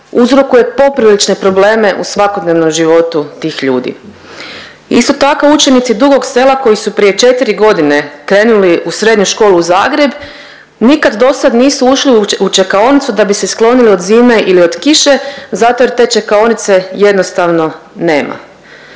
uzrokuje poprilične probleme u svakodnevnom životu tih ljudi. Isto tako, učenici Dugog Sela koji su prije 4 godine krenuli u srednju školu u Zagreb nikad dosad nisu ušli u čekaonicu da bi se sklonili od zime ili od kiše zato jer te čekaonice jednostavno nema.